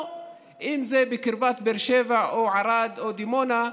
אם זה בקרבת באר שבע או ערד או דימונה,